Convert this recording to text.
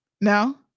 No